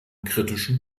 kritischen